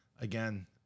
again